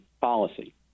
policy